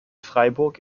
freiburg